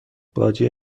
باجه